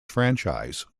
franchise